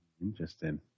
Interesting